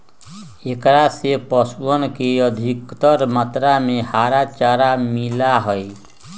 एकरा से पशुअन के अधिकतर मात्रा में हरा चारा मिला हई